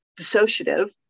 dissociative